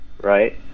right